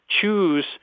choose